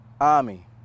army